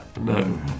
No